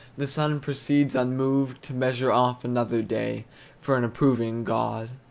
the sun proceeds unmoved to measure off another day for an approving god.